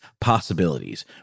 possibilities